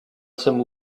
some